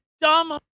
dumb